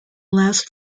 last